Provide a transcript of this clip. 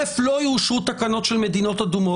אחד, לא יאושרו תקנות של מדינות אדומות.